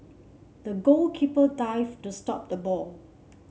the goalkeeper dived to stop the ball